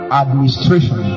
administration